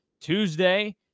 Tuesday